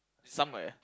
somewhere